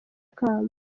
ikamba